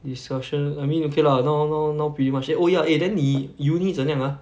discussion I mean okay lah no~ no~ now pretty much it oh ya eh then 你 uni 怎样 ah